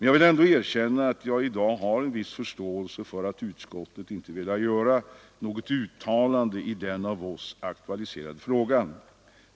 Jag vill ändå erkänna att jag i dag har en viss förståelse för att utskottet inte velat göra något uttalande i den av oss aktualiserade frågan.